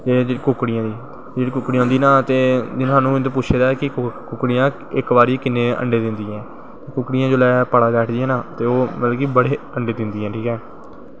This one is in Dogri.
कुक्कड़ियां बी कुक्ड़ियां होंदियां ना ते इध्दर साह्नू पुच्छे दा ऐ कि कुक्कड़ियां इक बारी किन्नें अंडे दिंदियां कुक्कड़ियां जिसलै पड़ा बैठदियां ना ते बड़े अंडे दिंदियां